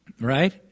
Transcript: Right